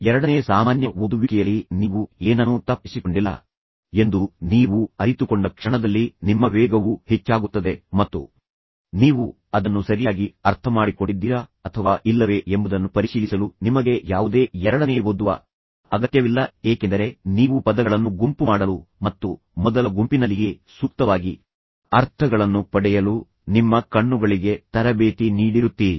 ಎರಡನೇ ಸಾಮಾನ್ಯ ಓದುವಿಕೆಯಲ್ಲಿ ನೀವು ಏನನ್ನೂ ತಪ್ಪಿಸಿಕೊಂಡಿಲ್ಲ ಎಂದು ನೀವು ಅರಿತುಕೊಂಡ ಕ್ಷಣದಲ್ಲಿ ನಿಮ್ಮ ವೇಗವು ಹೆಚ್ಚಾಗುತ್ತದೆ ಮತ್ತು ಸರಿಯಾದ ಸಮಯದಲ್ಲಿ ನೀವು ಅದನ್ನು ಸರಿಯಾಗಿ ಅರ್ಥಮಾಡಿಕೊಂಡಿದ್ದೀರಾ ಅಥವಾ ಇಲ್ಲವೇ ಎಂಬುದನ್ನು ಪರಿಶೀಲಿಸಲು ನಿಮಗೆ ಯಾವುದೇ ಎರಡನೇ ಓದುವ ಅಗತ್ಯವಿಲ್ಲ ಏಕೆಂದರೆ ನೀವು ಪದಗಳನ್ನು ಗುಂಪು ಮಾಡಲು ಮತ್ತು ಮೊದಲ ಗುಂಪಿನಲ್ಲಿಯೇ ಸೂಕ್ತವಾಗಿ ಅರ್ಥಗಳನ್ನು ಪಡೆಯಲು ನಿಮ್ಮ ಕಣ್ಣುಗಳಿಗೆ ತರಬೇತಿ ನೀಡಿರುತ್ತೀರಿ